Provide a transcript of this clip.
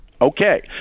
Okay